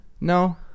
No